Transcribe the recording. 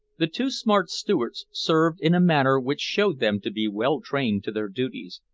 the two smart stewards served in a manner which showed them to be well trained to their duties,